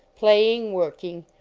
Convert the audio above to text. playing, working,